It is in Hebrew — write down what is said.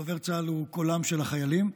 דובר צה"ל הוא קולם של החיילים.